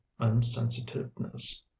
unsensitiveness